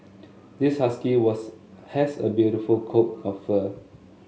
this husky was has a beautiful coat of fur